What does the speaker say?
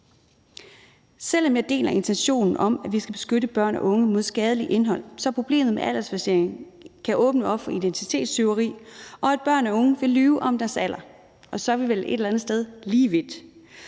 Selv om jeg deler intentionen om, at vi skal beskytte børn og unge mod skadeligt indhold, så er problemet med en aldersverificering, at det kan åbne op for identitetstyveri, og at børn og unge vil lyve om deres alder, og så er vi vel et eller andet sted lige vidt,